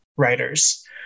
writers